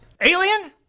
Alien